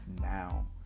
now